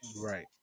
Right